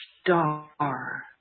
star